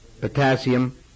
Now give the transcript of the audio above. potassium